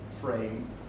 frame